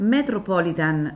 Metropolitan